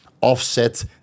offset